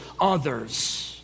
others